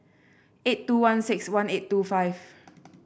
eight two one six one eight two five